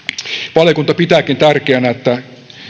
valiokunta pitääkin tärkeänä että